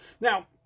Now